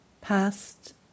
past